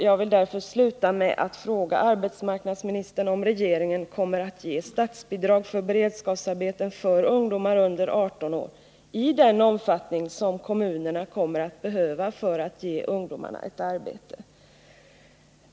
Jag vill därför fråga arbetsmarknadsministern om regeringen kommer att lämna statsbidrag till beredskapsarbeten för ungdomar under 18 år i den omfattning som kommunerna behöver bidrag för att ge ungdomarna ett arbete.